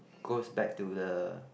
goes back to the